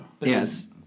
Yes